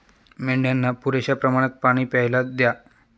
मेंढ्यांना पुरेशा प्रमाणात पाणी प्यायला द्या